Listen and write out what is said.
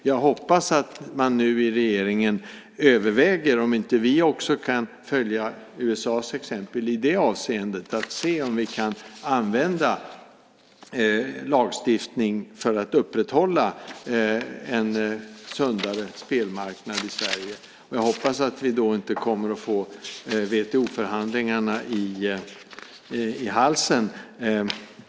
Jag hoppas att man nu i regeringen överväger om inte vi också kan följa USA:s exempel i det avseendet och se om vi kan använda lagstiftning för att upprätthålla en sundare spelmarknad i Sverige. Jag hoppas att vi då inte kommer att få WTO-förhandlingarna i halsen.